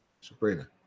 Sabrina